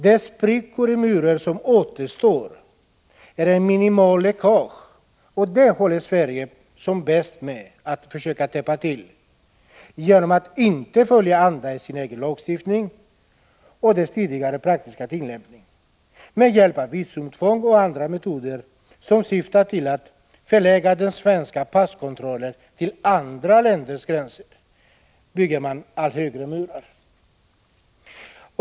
De sprickor i muren som återstår utgör ett minimalt läckage, och det håller Sverige som bäst på med att försöka täppa till genom att inte följa andan i sin egen lagstiftning och dess tidigare praktiska tillämpning. Med hjälp av visumtvång och andra metoder som syftar till att förlägga den svenska passkontrollen till andra länders gränser bygger man allt högre murar.